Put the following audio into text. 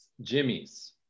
Jimmy's